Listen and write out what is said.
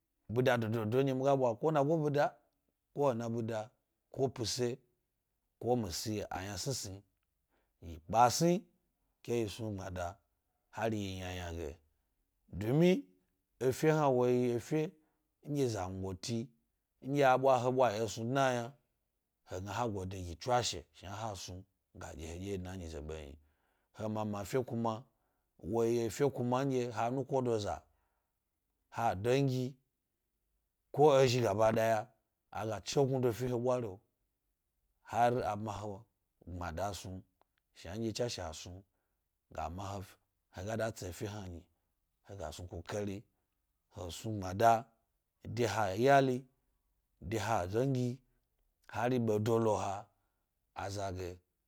Bida sososo nɗye mi ga la ɓwa ko na go bida, ko ena bida, ko pise, ko misi aynasnisni yi kpa sni ke yi snu gbamda hari yi ynayna ge dumi efe hna woyi efe nɗye zangoti nɗye he ɓwa yi esnu dna yna, he gna ha gode gi tswashe shna snu mi ga ɗye miɗye wye dna e nyize ɓe yna. He mama fe kuma woyi efe kuma nɗye ha nukodoza ha dengi, ko wzhi gabadaya a ga chegnnudof i e he ɓwari’o hari a bma he gbmada snu shnanɗye tswashe a snu ga ma he he ga da tsi efe yna nyi he ga snu kukari he snu gbmada de ha iyali, de ha dangi hari ɓedo lo ha za ge.